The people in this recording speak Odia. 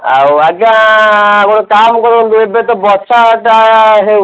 ଆଉ ଆଜ୍ଞା ଆପଣ କାମ କରନ୍ତୁ ଏବେ ତ ବର୍ଷାଟା ହେଉ